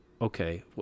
okay